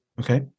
Okay